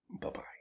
Bye-bye